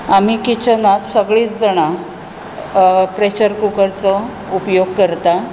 आमी किचनांत सगळींच जाणां प्रेशर कुकरचो उपयोग करतां